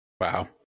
Wow